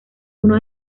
uno